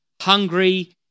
hungry